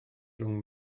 rhwng